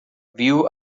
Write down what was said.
viu